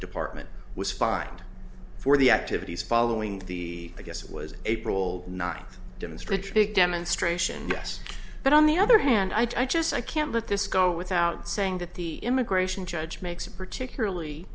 department was fined for the activities following the i guess it was april ninth demonstrator big demonstration yes but on the other hand i just i can't let this go without saying that the immigration judge makes a particularly